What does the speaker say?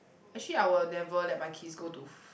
actually I will never let my kids go to ph~